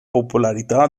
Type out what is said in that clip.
popolarità